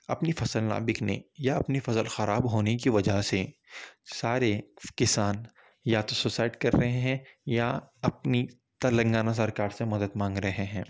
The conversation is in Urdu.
اپنی فصل نہ بکنے یا اپنی فصل خراب ہونے کی وجہ سے سارے کسان یا تو سوسائیڈ کر رہے ہیں یا اپنی تلنگانہ سرکار سے مدد مانگ رہے ہیں